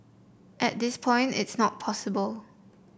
at this point it's not possible